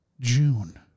June